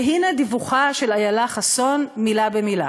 והנה דיווחה של איילה חסון מילה במילה: